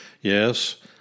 Yes